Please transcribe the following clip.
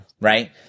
right